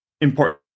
important